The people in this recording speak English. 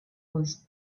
was